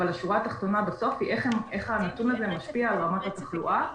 אבל השורה התחתונה בסוף היא איך הנתון הזה משפיע על רמת התחלואה?